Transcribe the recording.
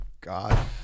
God